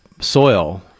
soil